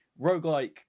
roguelike